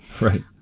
Right